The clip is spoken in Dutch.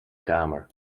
kamer